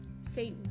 say